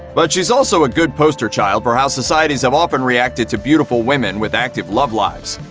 but she's also a good poster child for how societies have often reacted to beautiful women with active love lives.